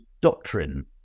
Doctrine